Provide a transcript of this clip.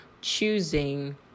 choosing